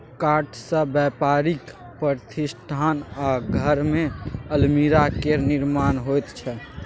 काठसँ बेपारिक प्रतिष्ठान आ घरमे अलमीरा केर निर्माण होइत छै